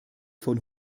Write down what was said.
von